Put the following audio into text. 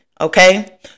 Okay